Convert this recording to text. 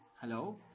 Hello